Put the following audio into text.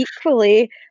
equally